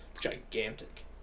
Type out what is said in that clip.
gigantic